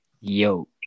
Yo